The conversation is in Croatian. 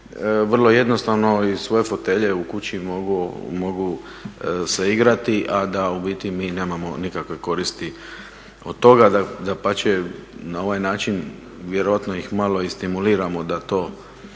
vrlo jednostavno iz svoje fotelje u kući mogu se igrati, a da u biti mi nemamo nikakve koristi od toga, dapače na ovaj način vjerojatno ih malo i stimuliramo da to